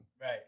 Right